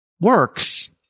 works